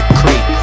creek